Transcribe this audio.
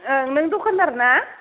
ओ नों दकानदार ना